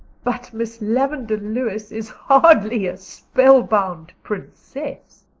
but miss lavendar lewis is hardly a spellbound princess,